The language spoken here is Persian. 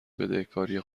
بدهکاری